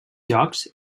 jocs